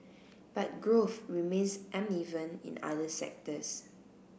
but growth remains uneven in other sectors